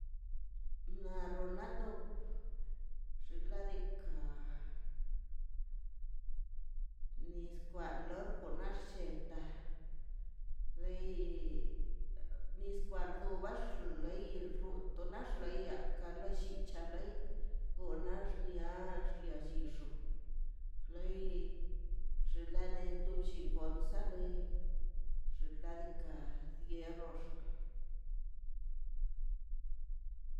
Na ronato xinladika nis kwan lox kanax lei nis kwan dorbax in rutenax lei iaka lo llicha loi anax nia niax lyixo loi xinla neto llin gonsale xinladika dierox